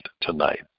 tonight